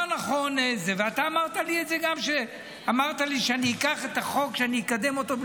אמר נכון ואתה גם אמרת לי שאני אקח את החוק ושאני אקדם אותו,